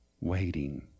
waiting